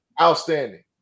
Outstanding